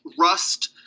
rust